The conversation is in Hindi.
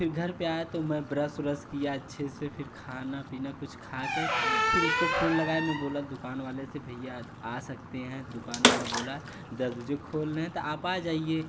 फ़िर घर पर आया तो मैं ब्रश व्रश किया अच्छे से फ़िर खाना पीना कुछ खाकर फ़िर उसको फ़ोन लगाया मैं बोला दुकान वाले से भैया आ सकते हैं दुकान वाला बोला दस बजे खोल रहे हैं तो आप आ जाइए